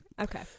okay